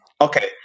Okay